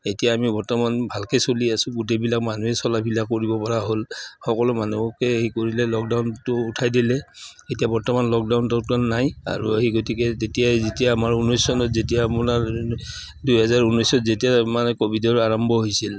এতিয়া আমি বৰ্তমান ভালকে চলি আছোঁ গোটেইবিলাক মানুহে চলা ফিৰা কৰিব পৰা হ'ল সকলো কৰিলে লকডাউনটো উঠাই দিলে এতিয়া বৰ্তমান লকডাউন টকডাউন নাই আৰু সেই গতিকে তেতিয়াই যেতিয়া আমাৰ ঊনৈছ চনত যেতিয়া আপোনাৰ দুহেজাৰ ঊনৈছত যেতিয়া মানে ক'ভিডৰ আৰম্ভ হৈছিল